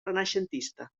renaixentista